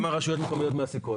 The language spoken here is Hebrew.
כמה רשויות מקומיות מעסיקות?